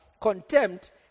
contempt